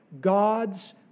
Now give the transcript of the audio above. God's